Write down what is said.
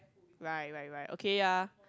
right right right okay ya